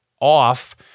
off